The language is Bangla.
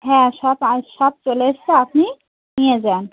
হ্যাঁ সব আস সব চলে এসছে আপনি নিয়ে যান